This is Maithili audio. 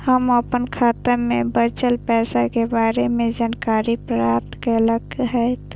हम अपन खाता में बचल पैसा के बारे में जानकारी प्राप्त केना हैत?